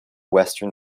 western